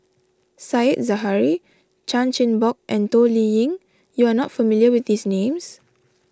Said Zahari Chan Chin Bock and Toh Liying you are not familiar with these names